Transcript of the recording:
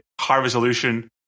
high-resolution